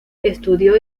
estudió